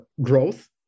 growth